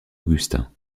augustin